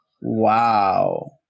Wow